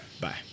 Bye